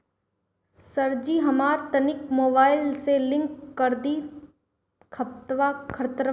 सरजी हमरा तनी मोबाइल से लिंक कदी खतबा के